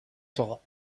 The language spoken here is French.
sera